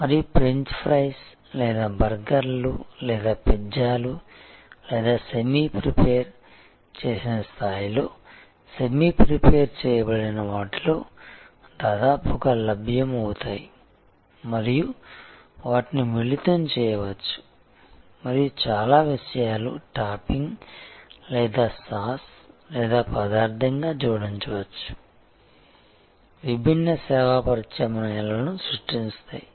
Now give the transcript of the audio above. మరియు French fries లేదా బర్గర్లు లేదా పిజ్జాలు లేదా సెమీ ప్రిపేర్ చేసిన స్థాయిలో సెమీ ప్రిపేర్ చేయబడిన వాటిలో దాదాపుగా లభ్యమవుతాయి మరియు వాటిని మిళితం చేయవచ్చు మరియు చాలా విషయాలు టాపింగ్ లేదా సాస్ లేదా పదార్ధంగా జోడించవచ్చు విభిన్న సేవా ప్రత్యామ్నాయాలను సృష్టిస్తాయి